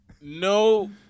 no